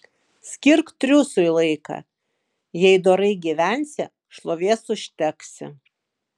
skirk triūsui laiką jei dorai gyvensi šlovės užteksi